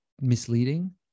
misleading